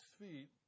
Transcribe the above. feet